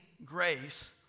grace